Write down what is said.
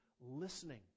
Listening